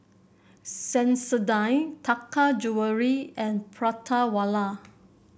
Sensodyne Taka Jewelry and Prata Wala